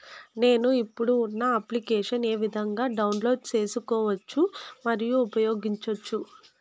నేను, ఇప్పుడు ఉన్న అప్లికేషన్లు ఏ విధంగా డౌన్లోడ్ సేసుకోవచ్చు మరియు ఉపయోగించొచ్చు?